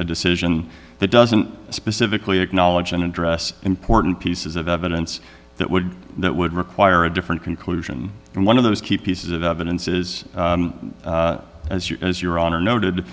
a decision that doesn't specifically acknowledge and address important pieces of evidence that would that would require a different conclusion and one of those key pieces of evidence is as your as your honor noted